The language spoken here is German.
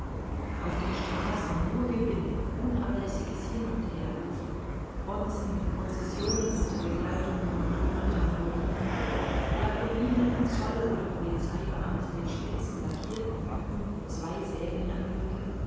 auf den straßen nur gewimmel unablässiges hin und herlaufen bonzen mit processionen unter begleitung monotoner tamburinen yakuninen zoll oder polizeibeamte mit spitzen lackirten hüten und zwei säbeln am gürtel